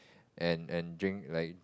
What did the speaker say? and and drink like